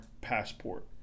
passport